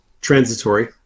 transitory